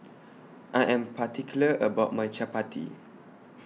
I Am particular about My Chapati